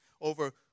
over